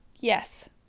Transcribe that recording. Yes